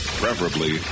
preferably